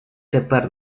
тепер